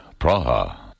Praha